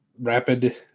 rapid